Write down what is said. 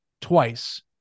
twice